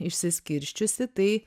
išsiskirsčiusi tai